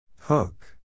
Hook